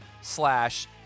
slash